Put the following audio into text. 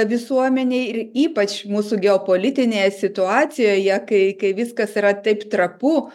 visuomenėj ir ypač mūsų geopolitinėje situacijoje kai kai viskas yra taip trapu